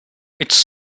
its